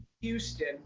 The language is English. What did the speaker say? houston